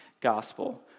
gospel